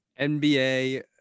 NBA